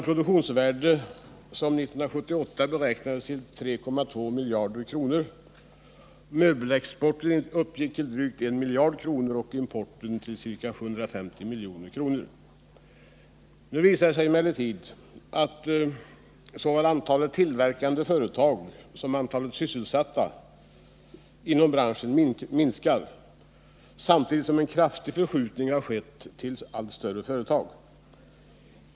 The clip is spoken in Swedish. Produktionsvärdet beräknades 1978 till 3,2 miljarder kronor. Möbelexporten uppgick samma år till drygt 1 miljard kronor och importen till ca 750 milj.kr. Nu visar det sig emellertid att så äl antalet tillverkande företag som antalet sysselsatta inom branschen minskar samtidigt som en kraftig förskjutning skett mot allt större företag.